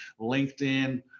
LinkedIn